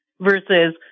versus